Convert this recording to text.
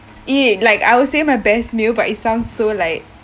ya like I would say my best meal but it sounds so like